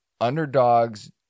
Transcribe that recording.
Underdogs